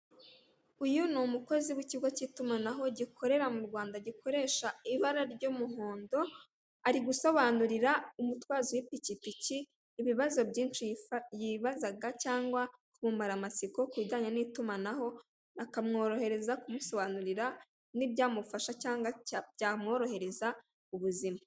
Uyu ni umukozi w'ikigo k'itumanaho gikorera mu Rwanda gikoresha ibara ry'umuhondo ari gusobanurira umutwazi w'ipikipiki ibibazo byinshi yibazaga cyangwa kumumara amatsiko ku bijyanye n'itumanaho akamworohereza kumusobanurira n'ibyamufasha cyangwa byamworohereza ubuzima.